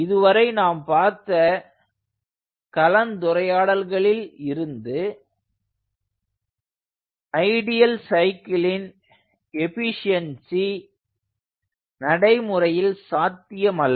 இதுவரை நாம் பார்த்த கலந்துரையாடல்களில் இருந்து ஐடியல் சைக்கிளின் எஃபீஷியன்ஸி நடைமுறையில் சாத்தியமல்ல